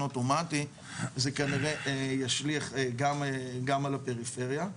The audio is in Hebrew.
אוטומטי זה כנראה ישליך גם על הפריפריה.